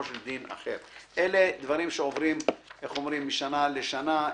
של דין אחר." אלה דברים שעוברים משנה לשנה.